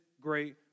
great